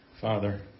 Father